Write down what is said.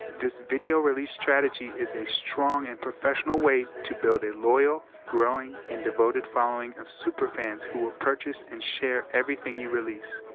this video release strategy is a strong and professional way to build a loyal, growing, and devoted following of super-fans who will purchase and share everything you release.